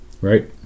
Right